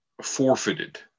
forfeited